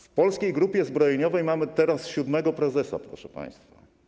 W Polskiej Grupie Zbrojeniowej mamy teraz siódmego prezesa, proszę państwa.